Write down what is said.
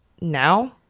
now